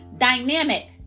dynamic